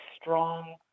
strong